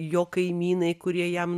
jo kaimynai kurie jam